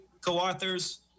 Co-authors